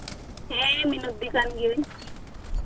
ᱦᱮᱸ ᱢᱤᱱᱚᱛᱤ ᱠᱟᱱ ᱜᱤᱭᱟᱹᱧ